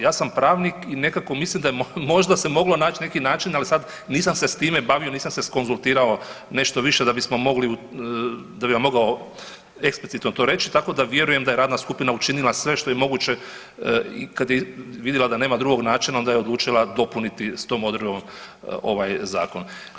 Ja sam pravnik i nekako mislim da možda se moglo naći način, ali sad nisam se s time bavio, nisam se skonzultirao nešto više da bismo mogli, da bi vam mogao eksplicitno to reći, tako da vjerujem da je radna skupina učinila sve što je moguće i kad je vidila da nema drugog načina, onda je odlučila dopuniti s tom odredbom ovaj Zakon.